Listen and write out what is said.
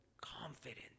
confidence